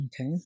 Okay